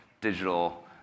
digital